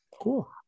Cool